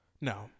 no